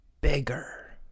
bigger